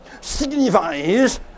Signifies